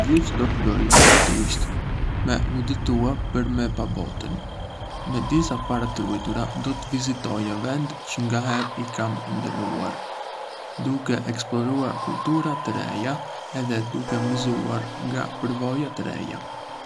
Gjë çë do të bëja do të ishte me udhëtue për me pa botën. Me disa para të ruajtura, do të vizitoja vende çë ngaherë i kam ëndërruar, duke eksploruar kultura të reja edhe duke mësuar nga përvoja të reja.